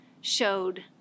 showed